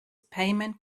payment